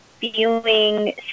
feeling